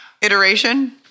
iteration